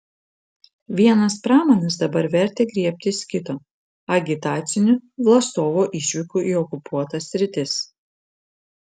vienas pramanas dabar vertė griebtis kito agitacinių vlasovo išvykų į okupuotas sritis